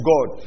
God